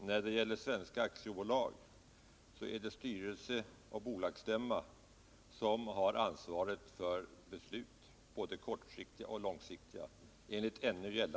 Beskattningsreg Herr talman! Jag vill bara påpeka att i svenska aktiebolag så är det enligt — lerna för pensions både kortsiktiga och långsiktiga.